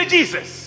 Jesus